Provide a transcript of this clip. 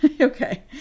Okay